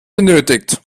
benötigt